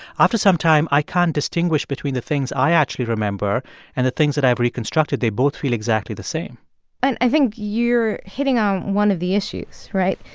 after some time, i can't distinguish between the things i actually remember and the things that i have reconstructed. they both feel exactly the same and i think you're hitting on one of the issues, right?